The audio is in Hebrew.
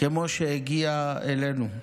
כמו שהגיעה אלינו,